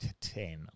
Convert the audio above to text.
ten